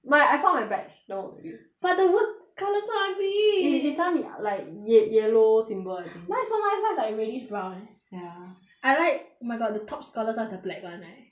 but I found my batch don't worry but the wood colour so ugly th~ this time like ye~ yellow timber I think mine's so nice mine's like reddish brown leh ya I like oh my god the top scholars [one's] the black [one] right